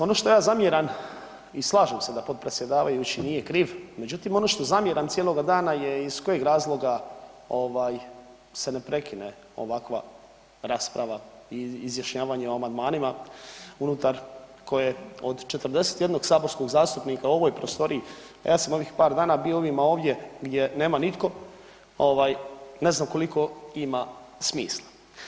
Ono što ja zamjeram i slažem se da potpredsjedavajući nije kriv, međutim ono što zamjeram cijeloga dana iz kojega razloga se ne prekine ovakva rasprava i izjašnjavanje o amandmanima unutar koje od 41 saborskog zastupnika u ovoj prostoriji, ja sam ovih par dana bio ovdje gdje nema nitko, ne znam koliko ima smisla.